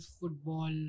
Football